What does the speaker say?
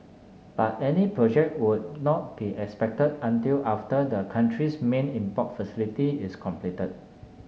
but any project would not be expected until after the country's main import facility is completed